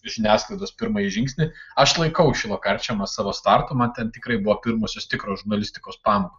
žiniasklaidos pirmąjį žingsnį aš laikau šilo karčemą savo startu man ten tikrai buvo pirmosios tikros žurnalistikos pamokos